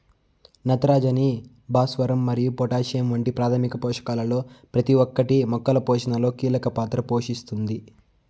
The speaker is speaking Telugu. నత్రజని, భాస్వరం మరియు పొటాషియం వంటి ప్రాథమిక పోషకాలలో ప్రతి ఒక్కటి మొక్కల పోషణలో కీలక పాత్ర పోషిస్తుంది